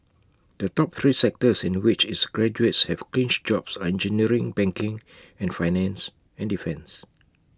the top three sectors in which its graduates have clinched jobs are engineering banking and finance and defence